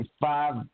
five